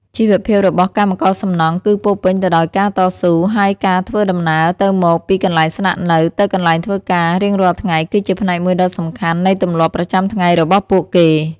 ជីវភាពរបស់កម្មករសំណង់គឺពោរពេញទៅដោយការតស៊ូ ហើយការធ្វើដំណើរទៅមកពីកន្លែងស្នាក់នៅទៅកន្លែងធ្វើការរៀងរាល់ថ្ងៃគឺជាផ្នែកមួយដ៏សំខាន់នៃទម្លាប់ប្រចាំថ្ងៃរបស់ពួកគេ។